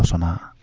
and